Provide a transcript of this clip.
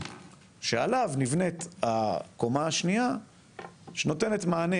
שעליו נבנית הקומה השנייה שנותנת מענה,